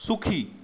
সুখী